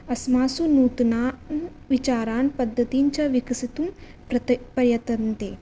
अस्मासु नूतनान् विचारान् पद्धतीञ्च विकसितुं प्रयतन्ते